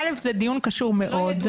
א', זה דיון קשור מאוד.